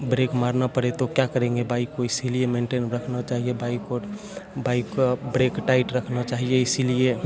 break मारना पड़े तो क्या करेंगे बाइक को इसलिए मेंटेन रखना चाहिए बाइक को बाइक को ब्रेक टाइट रखना चाहिए इसलिए